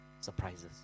surprises